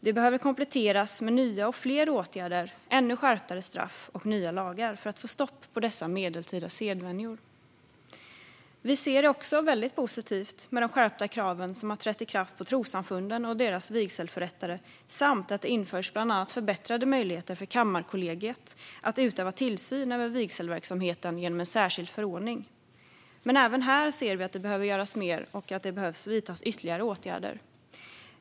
De behöver kompletteras med nya och fler åtgärder, ännu skarpare straff och nya lagar för att få stopp på dessa medeltida sedvänjor. Vi ser också väldigt positivt på de skärpta krav som har trätt i kraft på trossamfunden och deras vigselförrättare samt att det införs bland annat förbättrade möjligheter för Kammarkollegiet att utöva tillsyn över vigselverksamheten genom en särskild förordning. Men även här ser vi att det behöver göras mer och att det behöver vidtas ytterligare åtgärder.